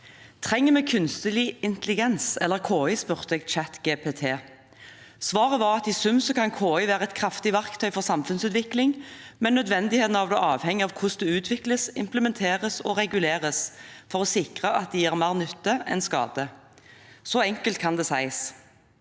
Trenger vi kunstig intelligens, KI, spurte jeg ChatGPT. Svaret var at i sum kan KI være et kraftig verktøy for samfunnsutvikling, men nødvendigheten av det avhenger av hvordan det utvikles, implementeres og reguleres for å sikre at det gir mer nytte enn skade. Så enkelt kan det sies.